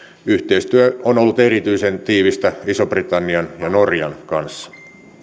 yhteistyö on ollut erityisen tiivistä ison britannian ja norjan kanssa